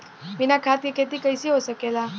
बिना खाद के खेती कइसे हो सकेला?